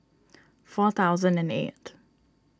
four thousand and eight